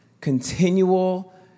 continual